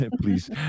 please